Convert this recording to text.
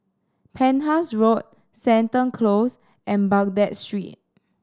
Penhas Road Seton Close and Baghdad Street